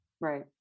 right